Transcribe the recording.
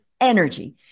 energy